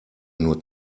nur